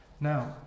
Now